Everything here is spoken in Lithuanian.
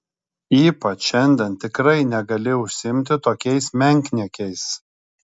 ypač šiandien tikrai negali užsiimti tokiais menkniekiais